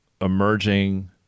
emerging